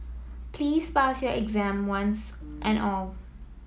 please pass your exam once and all